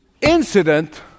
incident